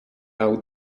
out